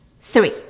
Three